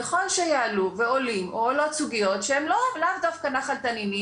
ככל שיעלו ועולים או עולות סוגיות שהן לאו דווקא נחל תנינים.